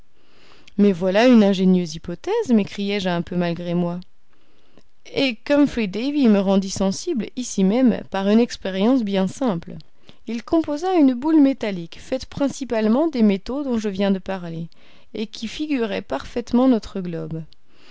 mais voilà une ingénieuse hypothèse m'écriai-je un peu malgré moi et qu'humphry davy me rendit sensible ici même par une expérience bien simple il composa une boule métallique faite principalement des métaux dont je viens de parler et qui figurait parfaitement notre globe